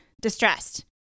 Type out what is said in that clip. distressed